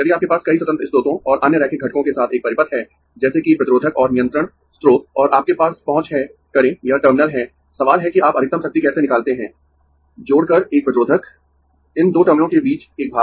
यदि आपके पास कई स्वतंत्र स्रोतों और अन्य रैखिक घटकों के साथ एक परिपथ है जैसे कि प्रतिरोधक और नियंत्रण स्रोत और आपके पास पहुँच है करें यह टर्मिनल हैं सवाल है कि आप अधिकतम शक्ति कैसे निकालते है जोड़कर एक प्रतिरोधक इन दो टर्मिनलों के बीच एक भार